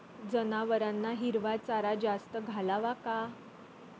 जनावरांना हिरवा चारा जास्त घालावा का?